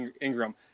Ingram